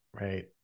right